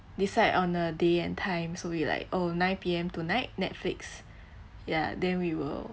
decide on a day and time so we like oh nine P_M tonight netflix ya then we will